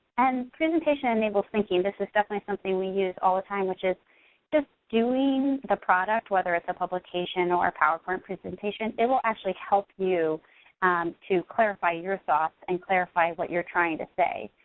and presentation enables thinking. this is definitely something we use all the time, which is just doing the product, whether it's a publication or a powerpoint presentation, it will actually help you to clarify yourself and clarify what you're trying to say.